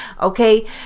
okay